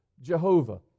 Jehovah